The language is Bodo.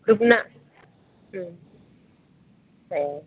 ग्रुपना उम ए